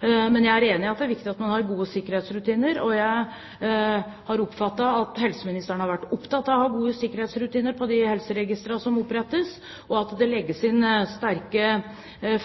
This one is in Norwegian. Jeg er enig i at det er viktig at man har gode sikkerhetsrutiner. Jeg har oppfattet at helseministeren har vært opptatt av å ha gode sikkerhetsrutiner for de helseregistrene som opprettes, og at det legges inn sterke